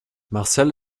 marcel